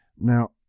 Now